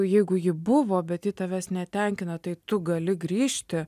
jeigu ji buvo bet ji tavęs netenkina tai tu gali grįžti